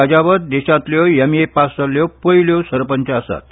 राजावत देशांतल्यो MA pass जाल्ल्यो पयल्यो सरपंच आसात